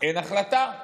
אין החלטה.